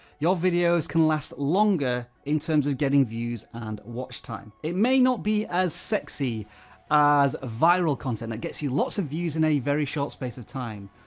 your videos can last longer in terms of getting views, and watch time. it may not be as sexy as ah viral content that gets you lots of views in a very short space of time.